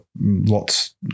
lots